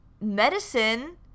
medicine